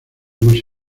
más